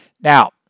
now